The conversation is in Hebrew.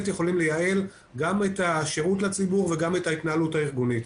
יכולים לייעל גם את השירות לציבור וגם את ההתנהלות הארגונית.